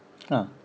ah